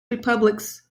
republics